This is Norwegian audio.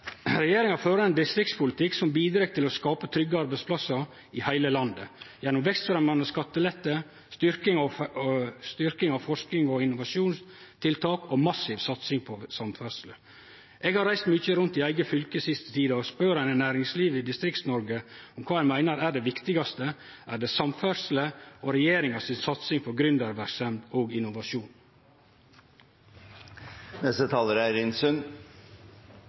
Regjeringa fører ein distriktspolitikk som bidreg til å skape trygge arbeidsplassar i heile landet, gjennom vekstfremjande skattelette, styrking av forsking og innovasjonstiltak og massiv satsing på samferdsle. Eg har reist mykje rundt i eige fylke siste tida. Spør ein næringslivet i Distrikts-Noreg kva dei meiner er det viktigaste, er det samferdsle og regjeringa si satsing på